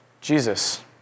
Jesus